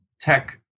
tech